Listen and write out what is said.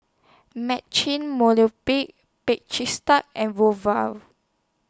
Marche Movenpick Bake Cheese Tart and